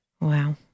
Wow